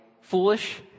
foolish